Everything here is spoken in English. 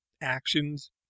actions